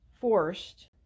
forced